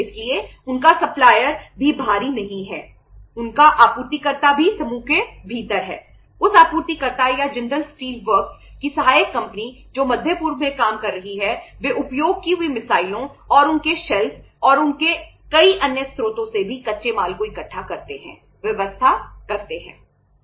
इसलिए उनका सप्लायर और उनके कई अन्य स्रोतों से भी कच्चे माल को इकट्ठा करते हैं व्यवस्था करते हैं